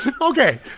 Okay